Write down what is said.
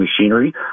machinery